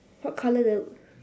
what colour the